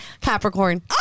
capricorn